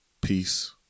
Peace